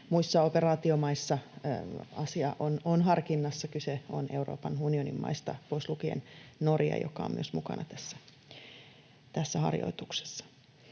Muissa operaatiomaissa asia on harkinnassa. Kyse on Euroopan unionin maista pois lukien Norja, joka on myös mukana tässä harjoituksessa.